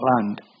land